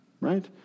Right